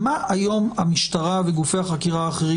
מה היום המשטרה וגופי החקירה האחרים